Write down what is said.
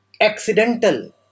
accidental